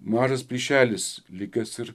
mažas plyšelis likęs ir